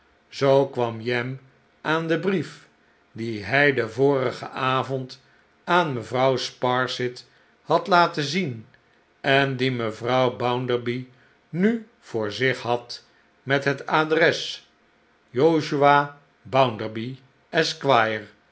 zoo kwam jem aan den brief dien hij den vorigen avond aan mevrouw sparsit had laten zien en dien mevrouw bounderby nu voor zich had met het adres josiah